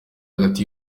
hagati